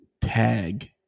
tag